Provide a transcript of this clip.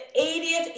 80th